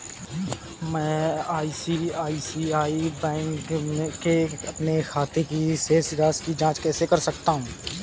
मैं ICICI bank के अपने खाते की शेष राशि की जाँच कैसे कर सकता हूँ?